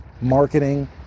marketing